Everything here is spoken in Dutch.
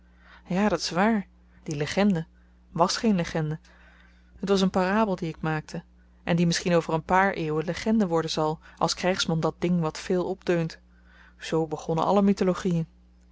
ja dàt is waar die legende was geen legende het was een parabel die ik maakte en die misschien over een paar eeuwen legende worden zal als krygsman dat ding wat veel opdeunt z begonnen alle mythologien